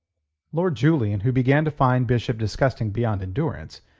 lord julian, who began to find bishop disgusting beyond endurance,